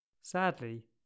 Sadly